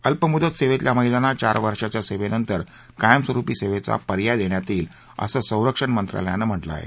अल्पमुदत सेवेतल्या महिलांना चार वर्षांच्या सेवेनंतर कायमस्वरुपी सेवेचा पर्याय देण्यात येईल असं संरक्षण मंत्रालयानं म्हटलं आहे